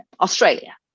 Australia